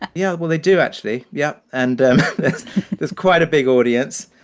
and yeah, well, they do actually. yeah. and there's quite a big audience.